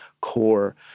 core